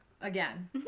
again